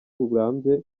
burambye